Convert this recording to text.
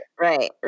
right